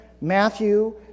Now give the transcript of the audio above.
Matthew